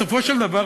בסופו של דבר,